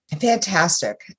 Fantastic